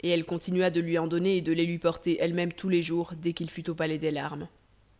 et elle continua de lui en donner et de les lui porter elle-même tous les jours dès qu'il fut au palais des larmes